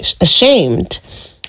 ashamed